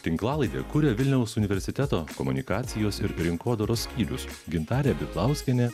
tinklalaidę kuria vilniaus universiteto komunikacijos ir rinkodaros skyrius gintarė bitlauskienė